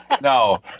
No